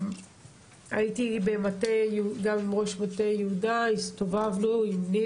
הייתי גם עם ראש מועצת מטה יהודה, ניב,